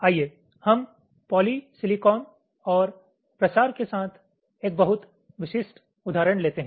आइए हम पॉलीसिलिकॉन और प्रसार के साथ एक बहुत विशिष्ट उदाहरण लेते हैं